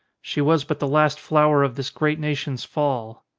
she was but the last flower of this great nation s fall.